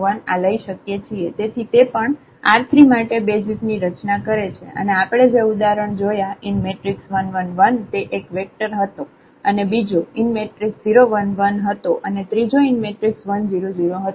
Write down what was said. તેથી તે પણ R3 માટે બેસિઝ ની રચના કરે છે અને આપણે જે ઉદાહરણ જોયા 1 1 1 તે એક વેક્ટર હતો અને બીજો 0 1 1 હતો અને ત્રીજો 1 0 0 હતો